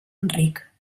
enric